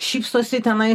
šypsosi tenai